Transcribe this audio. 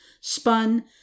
spun